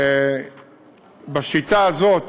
בשיטה הזאת